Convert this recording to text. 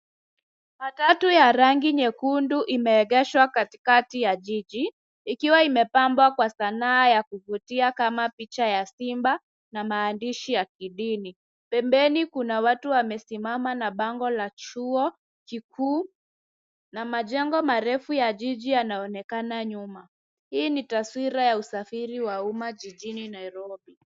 Matatu ya rangi nyekundu ime egeshwa katikati ya jiji ikiwa ime pambwa kwa sanaa ya kuvutia kama picha ya simba na maandishi ya kidini. Pembeni kuna watu wamesima na bango la chuo kikuu na majengo marefu ya jijj yanaonekana nyuma. Hii ni taswira ya usafiri wa umma jijini Nairobi.